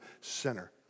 sinner